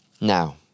Now